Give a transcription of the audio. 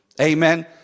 Amen